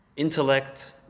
Intellect